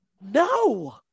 No